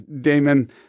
Damon